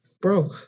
Bro